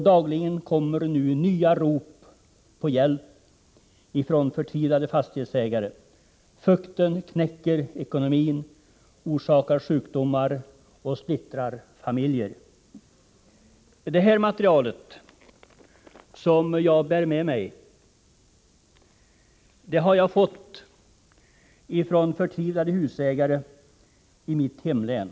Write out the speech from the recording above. Dagligen kommer nu nya rop på hjälp från förtvivlade fastighetsägare. Fukten knäcker ekonomin, orsakar sjukdomar och splittrar familjer. Det material som jag har med mig här har jag fått från förtvivlade husägare i mitt hemlän.